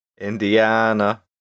indiana